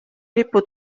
lipu